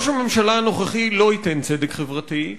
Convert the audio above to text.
ראש הממשלה הנוכחי לא ייתן צדק חברתי,